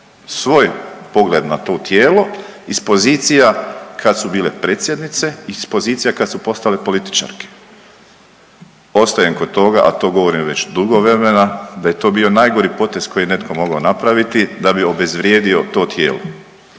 svoj pogled na to tijelo iz pozicija kad su bile predsjednice, iz pozicija kad su postale političarke. Ostajem kod toga, a to govorim već dugo vremena da je to bio najgori potez koji je netko mogao napraviti da bi obezvrijedio to tijelo